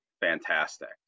fantastic